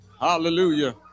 hallelujah